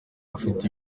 afite